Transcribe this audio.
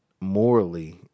Morally